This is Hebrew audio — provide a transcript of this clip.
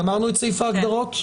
גמרנו את סעיף ההגדרות?